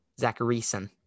Zacharyson